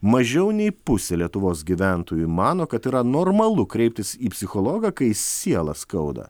mažiau nei pusė lietuvos gyventojų mano kad tai yra normalu kreiptis į psichologą kai sielą skauda